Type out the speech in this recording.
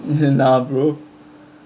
nah bro